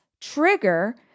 trigger